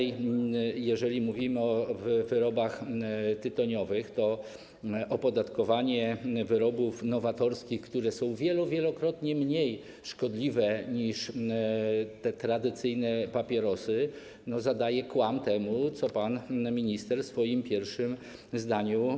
Jeżeli mówimy o wyrobach tytoniowych, to opodatkowanie wyrobów nowatorskich, które są wielokrotnie mniej szkodliwe niż tradycyjne papierosy, zadaje kłam temu, co pan minister powiedział w swoim pierwszym zdaniu.